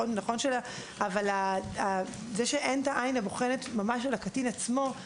אבל זה שאין העין הבוחנת של הקטין עצמו,